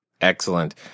Excellent